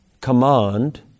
command